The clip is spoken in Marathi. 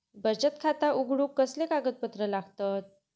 बचत खाता उघडूक कसले कागदपत्र लागतत?